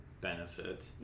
benefit